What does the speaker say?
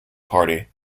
party